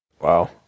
Wow